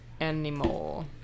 anymore